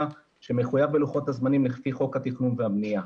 שמחויב בלוחות הזמנים לפי חוק התכנון והבנייה.